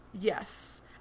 Yes